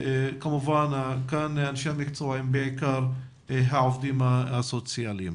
כמובן כאן אנשי המקצוע הם בעיקר העובדים הסוציאליים.